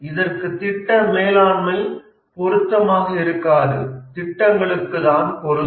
இதற்கு திட்ட மேலாண்மை பொருத்தமாக இருக்காது திட்டங்களுக்கு தான் பொருந்தும்